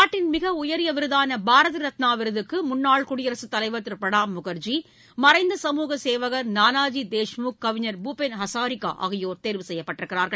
நாட்டின் மிக உயரிய விருதான பாரத ரத்னா விருதுக்கு முன்னாள் குடியரசுத் தலைவர் திரு பிரணாப் முகர்ஜி மறைந்த சமூக சேவகர் நானாஜி தேஷ்முக் கவிஞர் பூபென் ஹசாரிகா ஆகியோர் தேர்வு செய்யப்பட்டுள்ளனர்